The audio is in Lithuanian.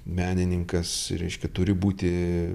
menininkas reiškia turi būti